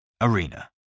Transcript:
Arena